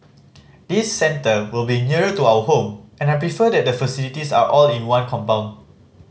this centre will be nearer to our home and I prefer that the facilities are all in one compound